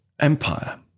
empire